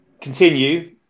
continue